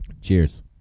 Cheers